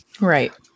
Right